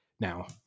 now